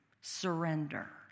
Surrender